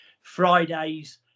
Fridays